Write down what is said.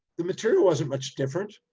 the material wasn't much different.